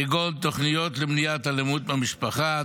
כגון תוכניות למניעת אלימות במשפחה,